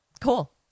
Cool